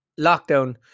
lockdown